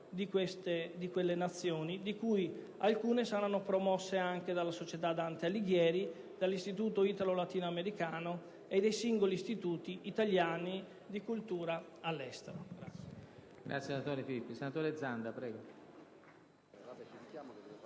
progresso di quelle Nazioni, alcune delle quali saranno promosse anche dalla società «Dante Alighieri», dall'Istituto italo-latino americano e dai singoli istituti italiani di cultura all'estero.